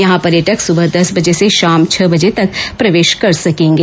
यहां पर्यटक सुबह दस बजे से शाम छह बजे तक प्रवेश कर सकेंगे